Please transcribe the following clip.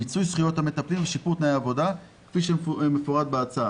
מיצוי זכויות המטפלים ושיפור תנאי העבודה כפי שמפורט בהצעה".